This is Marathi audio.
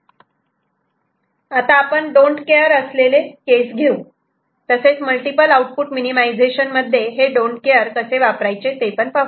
आता आपण डोन्ट केअर don't care असलेले केस घेऊ तसेच मल्टिपल आउटपुट मिनिमिझेशन मध्ये हे डोन्ट केअर don't care कसे वापरायचे ते पण पाहू